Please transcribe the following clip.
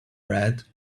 red